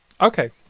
Okay